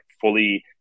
fully